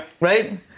right